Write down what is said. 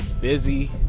busy